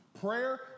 Prayer